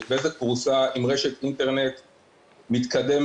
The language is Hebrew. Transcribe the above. בזק פרוסה עם רשת אינטרנט מתקדמת,